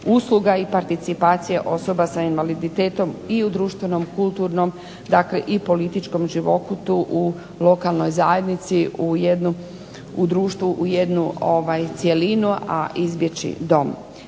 usluga i participacija osoba sa invaliditetom i u društvenom, kulturnom. Dakle, i političkom životu u lokalnoj zajednici u društvu u jednu cjelinu a izbjeći dom.